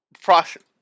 process